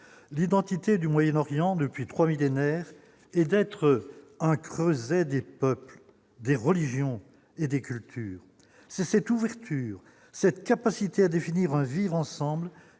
l'identité du Moyen-Orient depuis 3 millénaires et d'être un creuset d'époque, des religions et des cultures, cette ouverture, cette capacité à définir un vivre-ensemble